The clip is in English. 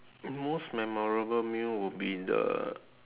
most memorable meal would be the